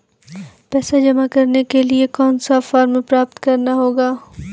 पैसा जमा करने के लिए कौन सा फॉर्म प्राप्त करना होगा?